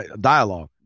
dialogue